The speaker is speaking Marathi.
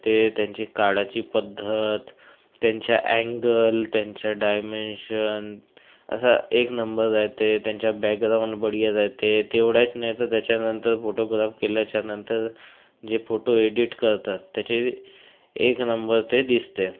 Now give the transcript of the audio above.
ते त्यांची काढायची पद्धत त्यांच्या अँगल त्यांच्या डायमेंशन असा एक नंबर आहे ते त्यांच्या बॅकग्राऊंड बढिया राहते तेवढ्याच नाही तर त्याच्यानंतर फोटोग्राफ केल्याच्यानंतर जे फोटो एडिट करतात त्याचे एक नंबर ते दिसते